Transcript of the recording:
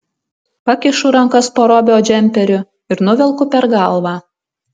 pakišu rankas po robio džemperiu ir nuvelku per galvą